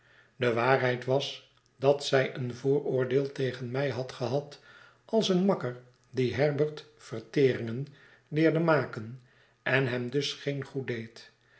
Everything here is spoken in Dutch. de waarheid was dat zij een vooroordeel tegen mij had gehad als een makker die herbert verteringen leerde maken en hem dus geen goed deed